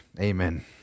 Amen